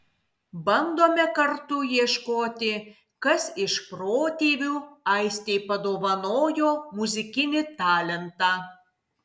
bandome kartu ieškoti kas iš protėvių aistei padovanojo muzikinį talentą